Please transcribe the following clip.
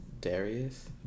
Darius